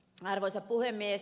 arvoisa puhemies